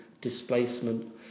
displacement